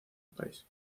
país